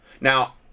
now